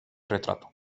retrato